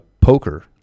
poker